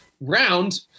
round